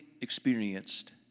experienced